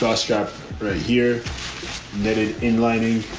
ah strap right here netted, enlightening.